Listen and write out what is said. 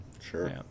Sure